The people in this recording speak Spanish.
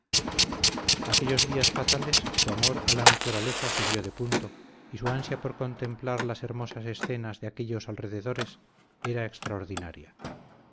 aquellos días fatales su amor a la naturaleza subió de punto y su ansia por contemplar las hermosas escenas de aquellos alrededores era extraordinaria